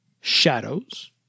shadows